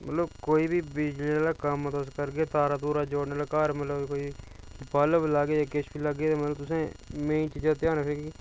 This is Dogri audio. मतलब कोई बी बिजली आह्ला कम्म तुसें करगे तारां तूरां जोड़न आह्ला घर मतलब कोई बल्ब लाह्गे किश बी लाह्गे तां तुसें मेन चीजा दा ध्यान रखना कि